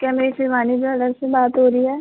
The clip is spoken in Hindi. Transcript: क्या मेरी सिवानी मैडम से बात हो रही है